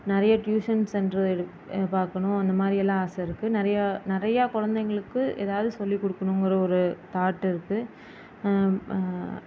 நிறைய tuition centre எடு பார்க்கணும் அந்த மாதிரி எல்லாம் ஆசை இருக்குது நிறையா நிறையா குழந்தைங்களுக்கு எதாவது சொல்லிக் கொடுக்குணுங்கிற ஒரு தாட் இருக்குது